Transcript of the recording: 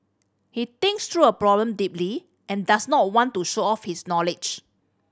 he thinks through a problem deeply and does not want to show off his knowledge